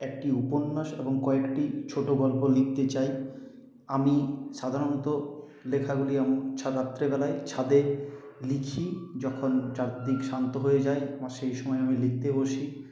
একটি উপন্যাস এবং কয়েকটি ছোট গল্প লিখতে চাই আমি সাধারণত লেখাগুলো রাত্রেবেলায় ছাদে লিখি যখন চারদিক শান্ত হয়ে যায় আমার সেই সময় আমি লিখতে বসি